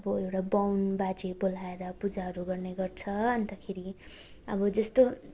अब एउटा बाहुन बाजे बोलाएर पूजाहरू गर्ने गर्छ अन्तखेरि अब जस्तो